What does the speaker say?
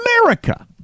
America